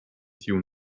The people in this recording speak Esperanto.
tiu